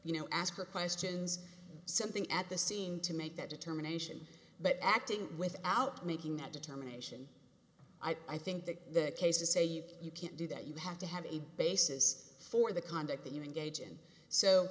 you know ask her questions something at the scene to make that determination but acting without making that determination i think that the case to say you you can't do that you have to have a basis for the conduct